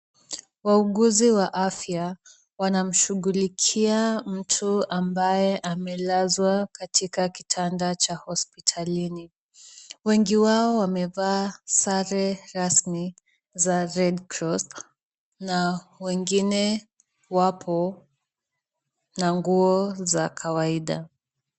Wauguzi wa afya wanamshughulikia mtu ambaye amelazwa katika kitanda cha hospitalini. Wengi wao wamevaa sare rasmi za Red cross na wengine wapo na nguo za kawaida.